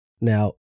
Now